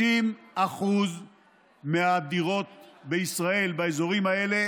50% מהדירות בישראל באזורים האלה